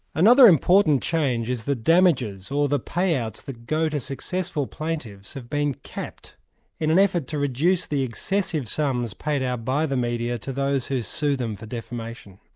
another important change is that damages or the payouts that go to successful plaintiffs, have been capped in an effort to reduce the excessive sums paid out by the media to those who sue them for defamation.